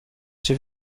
czy